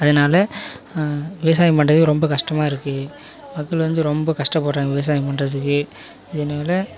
அதனால விவசாயம் பண்ணுறதுக்கு ரொம்ப கஷ்டமாக இருக்குது மக்கள் வந்து ரொம்ப கஷ்டபடுறாங்க விவசாயம் பண்ணுறதுக்கு இதனால